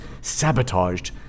sabotaged